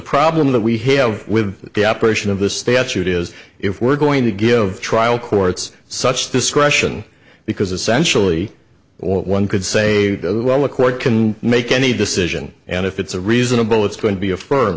problem that we have with the operation of this statute is if we're going to give trial courts such discretion because essentially one could say well the court can make any decision and if it's a reasonable it's going to be affirm